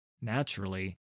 Naturally